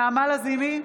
נעמה לזימי,